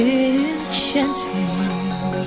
enchanting